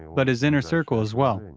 but his inner circle as well.